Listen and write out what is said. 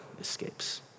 escapes